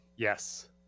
Yes